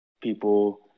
people